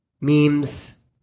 memes